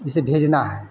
जैसे भेजना है